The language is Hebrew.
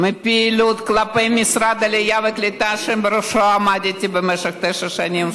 מהפעילות כלפי המשרד העלייה והקליטה שבראשו עמדתי במשך תשע שנים,